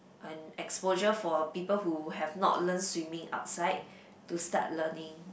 an exposure for people who have not learn swimming outside to start learning